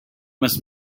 must